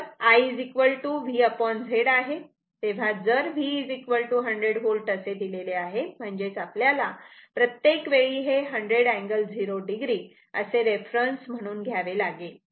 तर I VZ आहे तेव्हा जर V 100 V असे दिलेले आहे म्हणजेच आपल्याला प्रत्येक वेळी हे 100 अँगल 0 o असे रेफरन्स म्हणून घ्यावे लागेल